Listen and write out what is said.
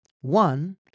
One